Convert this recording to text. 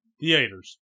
theaters